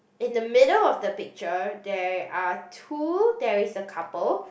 in the middle of the picture there are two there is a couple